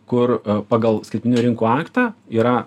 kur pagal skaitmeninių rinkų aktą yra